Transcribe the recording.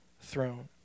throne